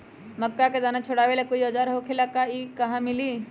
मक्का के दाना छोराबेला कोई औजार होखेला का और इ कहा मिली?